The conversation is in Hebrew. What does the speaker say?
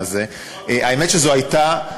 נדיבות.